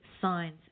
signs